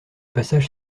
passage